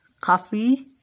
coffee